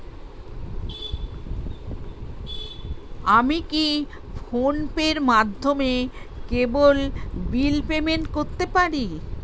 আমি কি ফোন পের মাধ্যমে কেবল বিল পেমেন্ট করতে পারি?